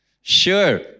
sure